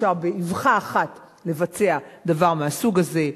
אי-אפשר באבחה אחת לבצע דבר מהסוג הזה.